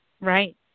Right